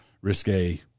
risque